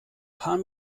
paar